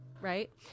right